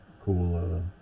cool